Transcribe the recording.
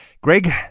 Greg